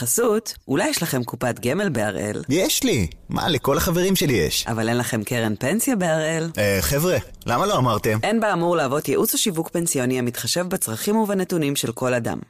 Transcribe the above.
בחסות, אולי יש לכם קופת גמל ב-אראל. יש לי! מה, לכל החברים שלי יש. אבל אין לכם קרן פנסיה ב-אראל? אה, חבר'ה, למה לא אמרתם? אין באמור להוות ייעוץ או שיווק פנסיוני המתחשב בצרכים ובנתונים של כל אדם.